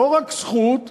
לא רק זכות,